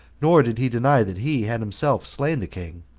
nor did he deny that he had himself slain the king,